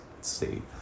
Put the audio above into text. state